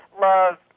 love